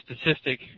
statistic